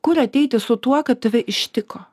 kur ateiti su tuo kad tave ištiko